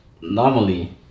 normally